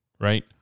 right